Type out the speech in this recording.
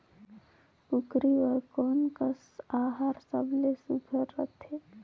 कूकरी बर कोन कस आहार सबले सुघ्घर रथे?